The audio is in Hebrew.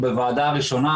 בישיבה הראשונה,